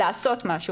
לעשות משהו.